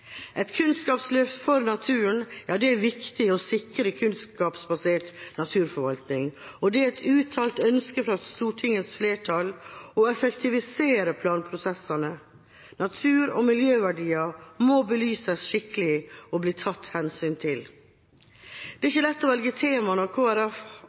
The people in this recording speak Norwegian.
Et kunnskapsløft for naturen er viktig for å sikre kunnskapsbasert naturforvaltning, og det er et uttalt ønske fra Stortingets flertall å effektivisere planprosessene. Natur- og miljøverdier må belyses skikkelig og bli tatt hensyn til. Det er ikke lett å velge tema når